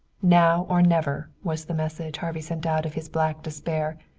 now or never, was the message harvey sent out of his black despair,